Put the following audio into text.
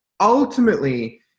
ultimately